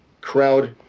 crowd